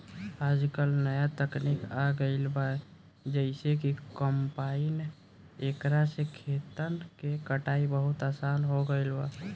आजकल न्या तकनीक आ गईल बा जेइसे कि कंपाइन एकरा से खेतन के कटाई बहुत आसान हो गईल बा